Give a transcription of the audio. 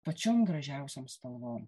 pačiom gražiausiom spalvom